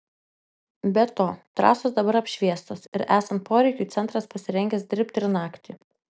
be to trasos dabar apšviestos ir esant poreikiui centras pasirengęs dirbti ir naktį